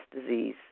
disease